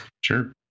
sure